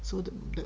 so the